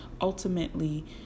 ultimately